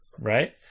Right